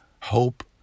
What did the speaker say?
hope